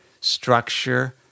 structure